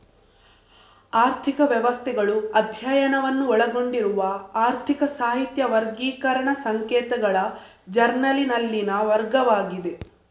ಆರ್ಥಿಕ ವ್ಯವಸ್ಥೆಗಳು ಅಧ್ಯಯನವನ್ನು ಒಳಗೊಂಡಿರುವ ಆರ್ಥಿಕ ಸಾಹಿತ್ಯ ವರ್ಗೀಕರಣ ಸಂಕೇತಗಳ ಜರ್ನಲಿನಲ್ಲಿನ ವರ್ಗವಾಗಿದೆ